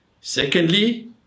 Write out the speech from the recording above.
Secondly